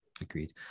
agreed